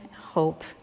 hope